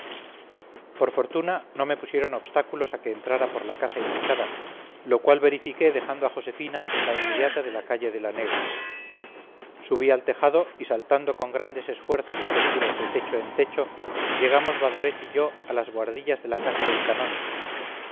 por fortuna no me pusieron obstáculos a que entrara por la casa indicada lo cual verifiqué dejando a josefina en la inmediata de la calle de la neu subí al tejado y saltando con grandes esfuerzos y peligros de techo en techo llegamos badoret y yo a las bohardillas de la casa del canónigo